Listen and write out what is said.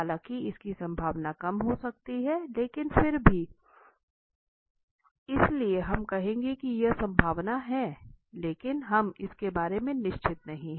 हालांकि इसकी संभावना कम हो सकती है लेकिन फिर भी है इसलिए हम कहेंगे कि यहां संभावना है लेकिन हम इसके बारे में निश्चित नहीं हैं